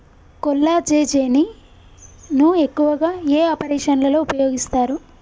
కొల్లాజెజేని ను ఎక్కువగా ఏ ఆపరేషన్లలో ఉపయోగిస్తారు?